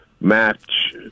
match